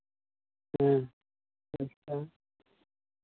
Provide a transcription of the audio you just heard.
ᱦᱮᱸ ᱟᱪᱪᱷᱟ